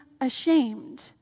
ashamed